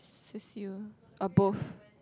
or both